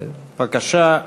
בבקשה,